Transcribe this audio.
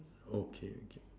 okay K